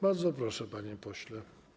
Bardzo proszę, panie pośle.